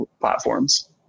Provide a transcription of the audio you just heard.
platforms